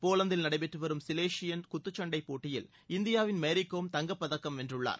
போலந்தில் நடைபெற்று வரும் சிலேசியன் குத்துச்சண்டைப் போட்டியில் இந்தியாவின் மேரிகோம் தங்கப்பதக்கம் வென்றுள்ளார்